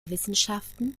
wissenschaften